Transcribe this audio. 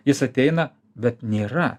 jis ateina bet nėra